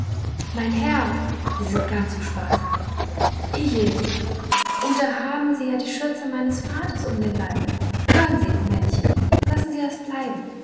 mein herr sie sind gar zu spaßhaft i je und da haben sie ja die schürze meines vaters um den leib hören sie männchen lassen sie das bleiben